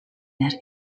that